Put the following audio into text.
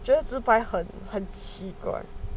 觉得自拍很很奇怪